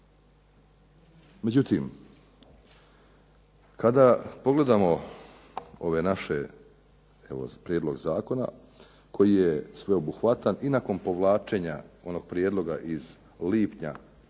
Međutim, kada pogledamo ove naše evo prijedlog zakona koji je sveobuhvatan i nakon povlačenja onog prijedloga iz lipnja